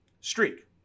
streak